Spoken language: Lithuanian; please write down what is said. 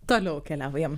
toliau keliaujam